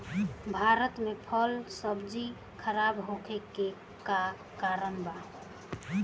भारत में फल सब्जी खराब होखे के का कारण बा?